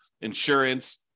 insurance